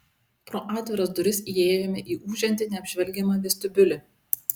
pro atviras duris įėjome į ūžiantį neapžvelgiamą vestibiulį